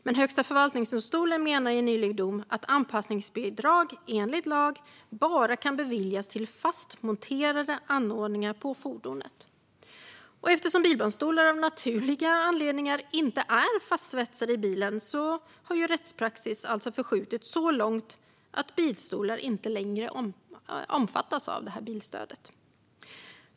Men Högsta förvaltningsdomstolen menar i en dom nyligen att anpassningsbidrag, enligt lag, bara kan beviljas till fast monterade anordningar på fordonet. Eftersom bilbarnstolar av naturliga anledningar inte är fastsvetsade i bilen har rättspraxis alltså förskjutits så långt att bilbarnstolar inte längre omfattas av bilstödet.